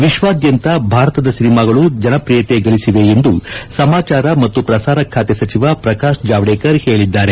ವಿಶ್ವಾದ್ಯಂತ ಭಾರತದ ಸಿನಿಮಾಗಳು ಜನಪ್ರಿಯತೆ ಗಳಿಸಿವೆ ಎಂದು ಸಮಾಚಾರ ಮತ್ತು ಪ್ರಸಾರ ಸಚಿವ ಪ್ರಕಾಶ್ ಜಾವಡೇಕರ್ ಹೇಳಿದ್ದಾರೆ